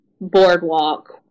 boardwalk